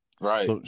right